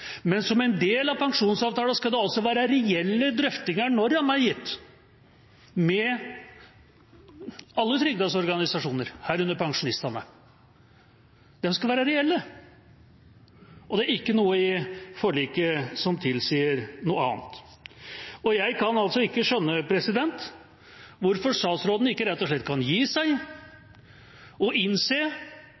Men som en del av pensjonsavtalen skal det altså være reelle drøftinger når rammen er gitt, med alle trygdedes organisasjoner, herunder pensjonistene. De skal være reelle. Det er ikke noe i forliket som tilsier noe annet. Og jeg kan altså ikke skjønne hvorfor statsråden ikke rett og slett kan gi seg og innse